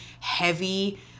heavy